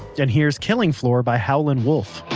and here's killing floor by howlin' wolf